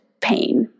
pain